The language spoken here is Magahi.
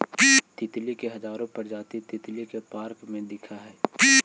तितली के हजारो प्रजाति तितली पार्क में दिखऽ हइ